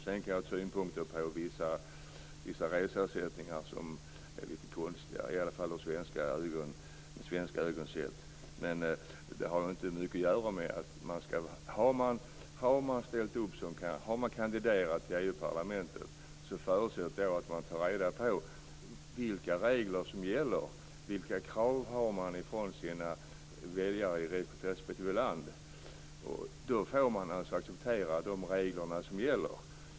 Sedan kan jag ha synpunkter på vissa reseersättningar som är lite konstiga, i varje fall med svenska ögon sett. Har man kandiderat till EU-parlamentet förutsätter jag att man tar reda på vilka regler som gäller och vilka krav man har från sina väljare i respektive land. Då får man acceptera de regler som gäller.